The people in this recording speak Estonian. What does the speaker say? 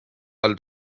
all